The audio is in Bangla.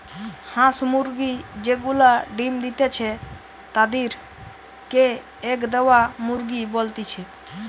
হাঁস মুরগি যে গুলা ডিম্ দিতেছে তাদির কে এগ দেওয়া মুরগি বলতিছে